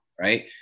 Right